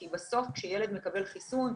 כי בסוף כשילד מקבל חיסון,